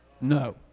No